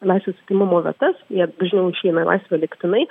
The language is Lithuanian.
laisvės atėmimo vietas jie dažniau išeina į laisvę lygtinai